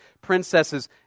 princesses